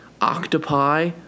octopi